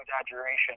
exaggeration